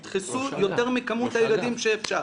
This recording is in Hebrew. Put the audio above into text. ידחסו יותר מכמות הילדים שאפשר.